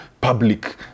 public